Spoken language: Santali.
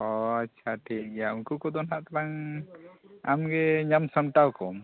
ᱦᱳᱭ ᱟᱪᱪᱷᱟ ᱴᱷᱤᱠ ᱜᱮᱭᱟ ᱩᱱᱠᱩ ᱠᱚᱫᱚ ᱦᱟᱜ ᱛᱟᱞᱟᱝ ᱟᱢ ᱜᱮ ᱧᱟᱢ ᱥᱟᱢᱴᱟᱣ ᱠᱚᱢ